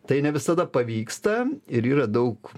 tai ne visada pavyksta ir yra daug